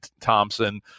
Thompson